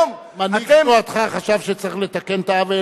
מנהיג תנועתך חשב שצריך לתקן את העוול,